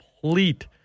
complete